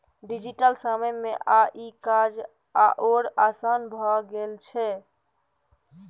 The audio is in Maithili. डिजिटल समय मे आब ई काज आओर आसान भए गेल छै